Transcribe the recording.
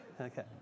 Okay